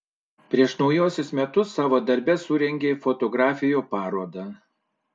prieš naujuosius metus savo darbe surengei fotografijų parodą